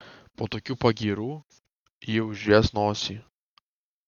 po tokių pagyrų ji užries nosį